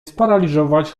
sparaliżować